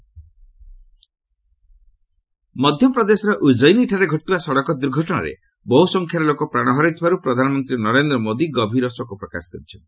PM Ujjaini accident ମଧ୍ୟପ୍ରଦେଶର ଉଜୟିନୀଠାରେ ଘଟିଥିବା ସଡ଼କ ଦୁର୍ଘଟଣାରେ ବହୁସଂଖ୍ୟାରେ ଲୋକ ପ୍ରାଣ ହରାଇଥିବାରୁ ପ୍ରଧାନମନ୍ତ୍ରୀ ନରେନ୍ଦ୍ର ମୋଦି ଗଭୀର ଶୋକ ପ୍ରକାଶ କରିଛନ୍ତି